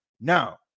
now